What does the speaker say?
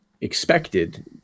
expected